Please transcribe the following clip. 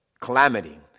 calamity